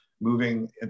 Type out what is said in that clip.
moving